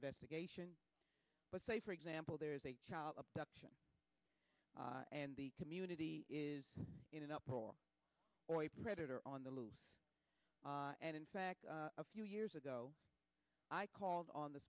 investigation but say for example there's a child abduction and the community is in an uproar or a predator on the loose and in fact a few years ago i called on the